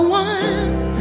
one